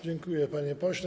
Dziękuję, panie pośle.